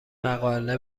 مقاله